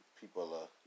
people